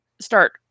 start